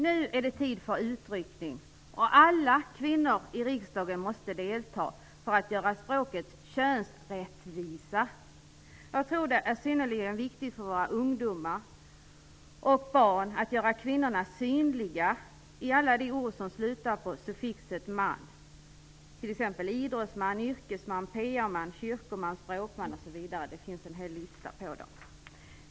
Nu är det tid för utryckning, och alla kvinnor i riksdagen måste delta för att göra språket könsrättvisa! Jag tror det är synnerligen viktigt för våra ungdomar och barn att vi gör kvinnorna synliga i alla de ord som slutar på suffixet man, t.ex. idrottsman, yrkesman, PR-man, kyrkoman, språkman osv. - det finns en hel lista.